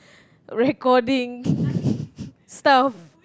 recording stuff